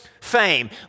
fame